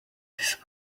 this